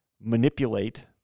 manipulate